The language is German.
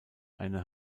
eine